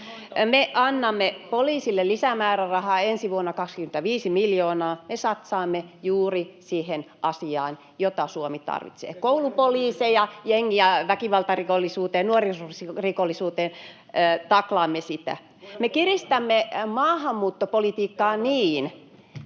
Me annamme poliisille lisämäärärahaa ensi vuonna 25 miljoonaa. Me satsaamme juuri siihen asiaan, jota Suomi tarvitsee: koulupoliiseja jengi- ja väkivaltarikollisuuteen, nuorisorikollisuuteen. Taklaamme sitä. [Antti Kaikkonen: